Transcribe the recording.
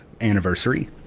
anniversary